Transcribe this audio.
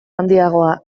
handiagoa